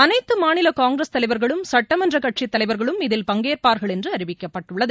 அனைத்து மாநில காங்கிரஸ் தலைவர்களும் சுட்டமன்ற கட்சித் தலைவர்களும் இதில் பங்கேற்பார்கள் என்று அறிவிக்கப்பட்டுள்ளது